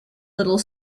little